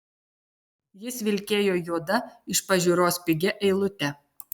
jis vilkėjo juoda iš pažiūros pigia eilute